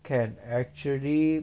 can actually